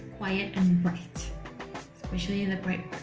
quiet and bright especially and the bright